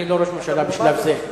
אני לא ראש ממשלה בשלב זה.